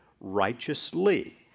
righteously